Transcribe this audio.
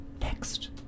Next